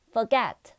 Forget